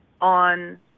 on